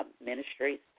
Ministries